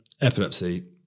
epilepsy